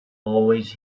always